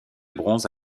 bronze